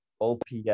OPS